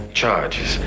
charges